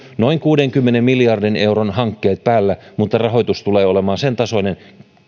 noin kuudenkymmenen miljardin euron hankkeet päällä mutta rahoitus tulee olemaan sen tasoinen